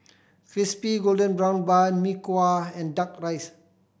Crispy Golden Brown Bun Mee Kuah and Duck Rice